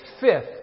fifth